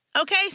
Okay